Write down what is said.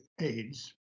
AIDS